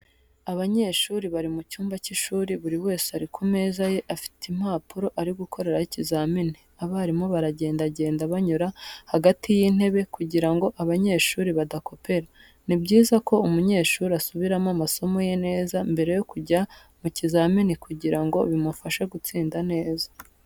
Abanyeshuri bari mu cyumba cy'ishuri buri wese ari ku meza ye afite impapuro ari gukoreraho ikizamini. Abarimu baragendagenda banyura hagati y'intebe kugira ngo abanyeshuri badakopera. Ni byiza ko umunyeshuri asubiramo amasomo ye neza mbere yo kujya mu kizamini kugira ngo bimufashe gutsinda neza.